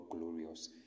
glorious